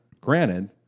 granted